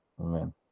Amen